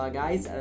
guys